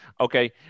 okay